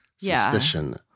suspicion